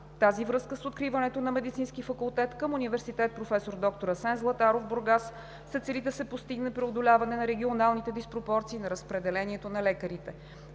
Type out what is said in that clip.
тази връзка, с откриването на Медицински факултет към Университет „Проф. д-р Асен Златаров“ – Бургас, се цели да се постигне преодоляване на регионалните диспропорции на разпределението на лекарите.